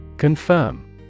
Confirm